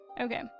Okay